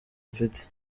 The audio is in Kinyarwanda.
mfite